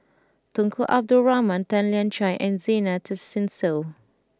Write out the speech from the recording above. Tunku Abdul Rahman Tan Lian Chye and Zena Tessensohn